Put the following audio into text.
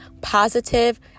positive